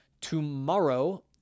tomorrow